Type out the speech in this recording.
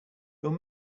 your